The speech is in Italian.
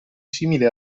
simile